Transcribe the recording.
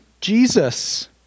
Jesus